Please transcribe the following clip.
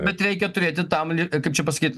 bet reikia turėti tam li kaip čia pasakyt